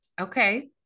okay